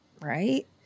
Right